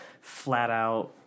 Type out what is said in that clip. flat-out